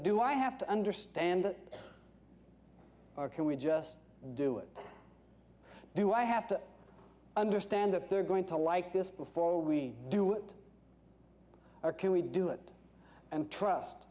do i have to understand it or can we just do it do i have to understand that they're going to like this before we do it or can we do it and trust